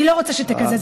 אני לא רוצה שתקזז,